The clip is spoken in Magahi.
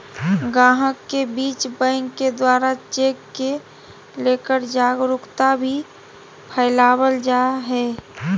गाहक के बीच बैंक के द्वारा चेक के लेकर जागरूकता भी फैलावल जा है